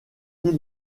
ils